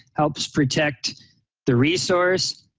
helps protect the resource,